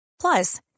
Plus